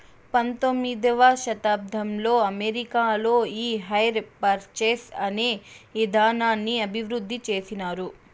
పంతొమ్మిదవ శతాబ్దంలో అమెరికాలో ఈ హైర్ పర్చేస్ అనే ఇదానాన్ని అభివృద్ధి చేసినారు